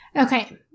Okay